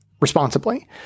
responsibly